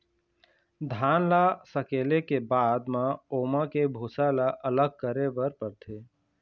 धान ल सकेले के बाद म ओमा के भूसा ल अलग करे बर परथे